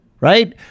right